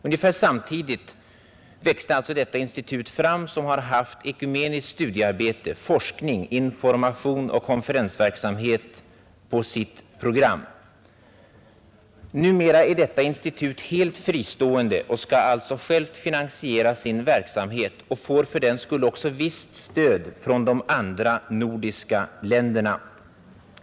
Institutet har haft ekumeniskt studiearbete, forskning, information och konferensverksamhet på sitt program. Numera är detta institut helt fristående och skall alltså självt finansiera sin verksamhet och får fördenskull också ett visst stöd från de andra nordiska länderna.